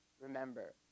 remember